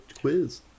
quiz